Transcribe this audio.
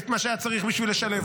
את מה שהיה צריך בשביל לשלב אותם.